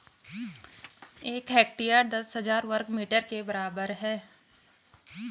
एक हेक्टेयर दस हजार वर्ग मीटर के बराबर है